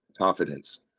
confidence